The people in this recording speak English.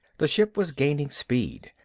the ship was gaining speed.